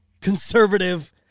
conservative